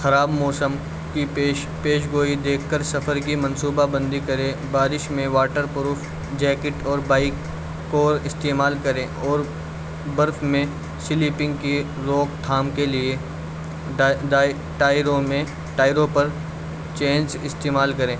خراب موسم کی پیش پیشگوئی دیکھ کر سفر کی منصوبہ بندی کرے بارش میں واٹر پروف جیکٹ اور بائک کو استعمال کریں اور برف میں سلیپنگ کی روک تھام کے لیے ٹائروں میں ٹائروں پر چینج استعمال کریں